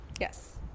Yes